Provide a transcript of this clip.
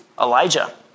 Elijah